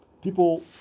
People